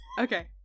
Okay